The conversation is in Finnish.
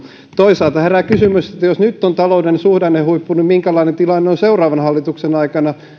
toisaalta herää kysymys että jos nyt on talouden suhdannehuippu niin minkälainen tilanne on seuraavan hallituksen aikana